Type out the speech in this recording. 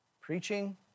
Preaching